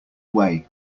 way